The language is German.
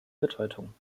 bedeutung